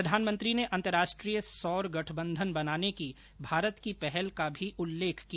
प्रधानमंत्री ने अंतर्राष्ट्रीय सौर गठबंधन बनाने की भारत की पहल का भी उल्लेख किया